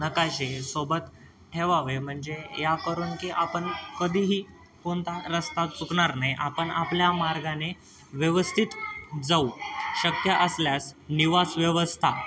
नकाशे सोबत ठेवावे म्हणजे या करून की आपण कधीही कोणता रस्ता चुकणार नाही आपण आपल्या मार्गाने व्यवस्थित जाऊ शक्य असल्यास निवास व्यवस्था